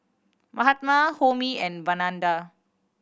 Mahatma Homi and Vandana